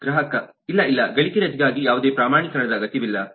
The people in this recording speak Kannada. ಗ್ರಾಹಕ ಇಲ್ಲ ಇಲ್ಲ ಗಳಿಕೆ ರಜೆಗಾಗಿ ಯಾವುದೇ ಪ್ರಮಾಣೀಕರಣದ ಅಗತ್ಯವಿಲ್ಲ